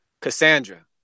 Cassandra